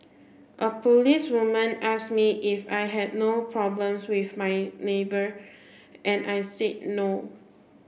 a policewoman asked me if I had no problems with my neighbour and I said no